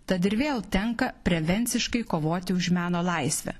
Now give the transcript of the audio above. tad ir vėl tenka prevenciškai kovoti už meno laisvę